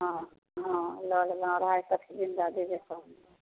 हँ हँ लऽ लेबनि अढ़ाइ